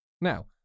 now